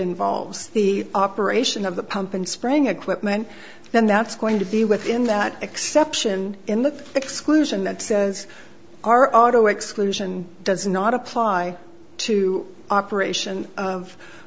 involves the operation of the pump and spring equipment then that's going to be within that exception in the exclusion that says our auto exclusion does not apply to operation of